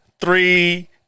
three